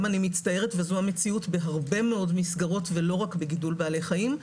גם אני מצטערת וזו המציאות בהרבה מאוד מסגרות ולא רק בגידול בעלי חיים.